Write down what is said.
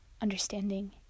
understanding